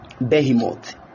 Behemoth